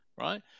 Right